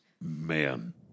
man